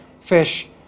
Fish